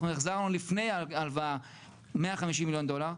אנחנו החזרנו לפני ההלוואה 150 מיליון דולר,